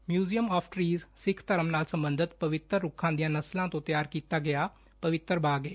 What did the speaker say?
museum of trees Sikh ਧਰਮ ਨਾਲ ਸਬੰਧਤ ਪਵਿੱਤਰ ਰੁੱਖਾਂ ਦੀਆਂ ਨਸਲਾਂ ਤੋਂ ਤਿਆਰ ਕੀਤਾ ਗਿਆ ਪਵਿੱਤਰ ਬਾਗ ਏ